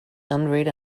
hundred